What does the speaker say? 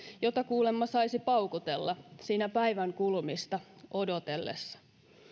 jota kuulemma saisi paukutella siinä päivän kulumista odotellessa